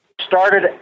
started